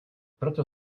proto